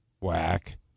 Whack